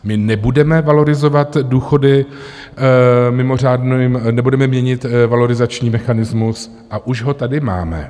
My nebudeme valorizovat důchody mimořádným... nebudeme měnit valorizační mechanismus, a už ho tady máme.